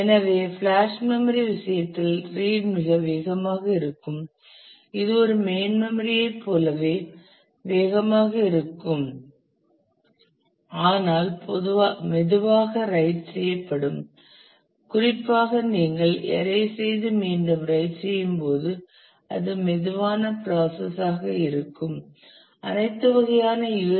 எனவே flash memory விஷயத்தில் read மிக வேகமாக இருக்கும் இது ஒரு மெயின் மெம்மரி ஐ போலவே வேகமாக இருக்கும் ஆனால் மெதுவாக ரைட் செய்யப்படும் குறிப்பாக நீங்கள் எரைஸ் செய்து மீண்டும் ரைட் செய்யும்போது அது மெதுவான ப்ராசஸ் ஆக இருக்கும் அனைத்து வகையான யூ